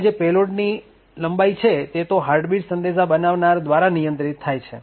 હવે જે પેલોડની જે લંબાઈ છે તે તો હાર્ટબીટ સંદેશ બનાવનાર દ્વારા નિયંત્રિત થાય છે